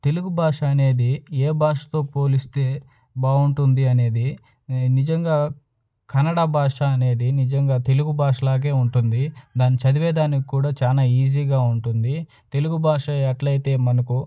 తెలుగు భాష అనేది ఏ భాషతో పోలిస్తే బావుంటుంది అనేది నేను నిజంగా కన్నడ భాష అనేది నిజంగా తెలుగు భాష లాగే ఉంటుంది దాని చదివేదానికి కూడా చాలా ఈజీగా ఉంటుంది తెలుగు భాష ఎట్లైతే మనకు